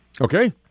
Okay